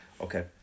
Okay